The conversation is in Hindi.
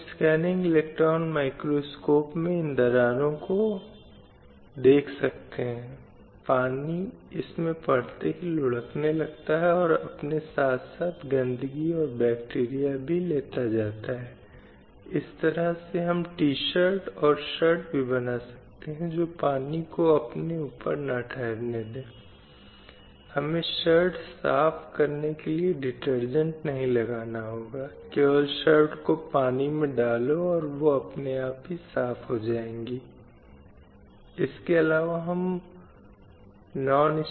इसलिए लिंग न्याय की अवधारणा संकेत देने की कोशिश करती है या इस धारणा को स्थापित करने के लिए कोशिश करती है कि इस तरह का इनकार या इस तरह का भेदभाव बुरा है और इसे समाज में अनुमति नहीं दी जा सकती है अब यह भी आवश्यक है कि न्याय से आर्थिक नीति बनाने तक की मुख्यधारा के संस्थान अन्याय और भेदभाव से निपटने के लिए जवाबदेह हों